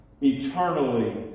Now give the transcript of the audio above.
Eternally